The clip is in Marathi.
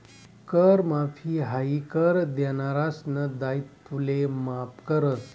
कर माफी हायी कर देनारासना दायित्वले माफ करस